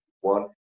One